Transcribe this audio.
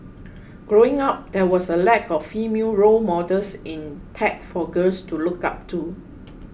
growing up there was a lack of female role models in tech for girls to look up to